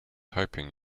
hoping